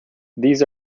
these